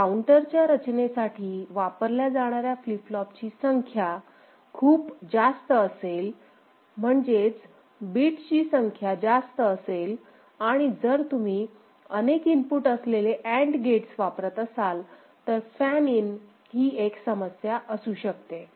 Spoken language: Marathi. जर काऊंटरच्या रचनेसाठी वापरल्या जाणाऱ्या फ्लीप फ्लोपची संख्या खूप जास्त असेलम्हणजेच बिटची संख्या जास्त असेलआणि जर तुम्ही अनेक इनपुट असलेले अँड गेट्स वापरत असाल तर फॅन इन ही एक समस्या असू शकते